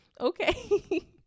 Okay